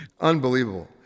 unbelievable